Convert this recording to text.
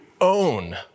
own